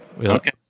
Okay